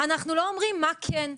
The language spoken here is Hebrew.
אנחנו לא אומרים מה כן.